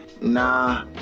nah